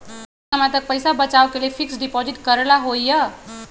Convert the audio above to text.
अधिक समय तक पईसा बचाव के लिए फिक्स डिपॉजिट करेला होयई?